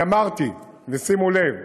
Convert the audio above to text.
אני אמרתי, ושימו לב: